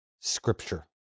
Scripture